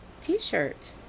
t-shirt